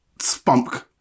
spunk